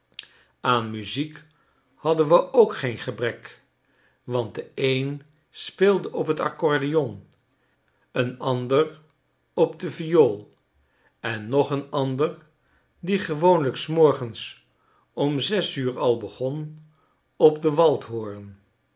aan muziek hadden we ook geen gebrek want de een speelde op t accordeon een ander op de viool en nog een ander die gewoonlijk s morgensom zes uur al begon op den